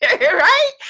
right